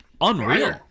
unreal